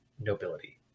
nobility